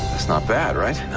it's not bad, right?